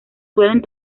suelen